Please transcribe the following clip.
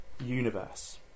universe